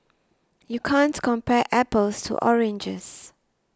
you can't compare apples to oranges